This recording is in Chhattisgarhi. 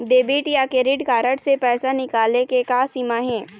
डेबिट या क्रेडिट कारड से पैसा निकाले के का सीमा हे?